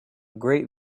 great